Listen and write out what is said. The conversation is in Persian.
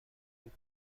بود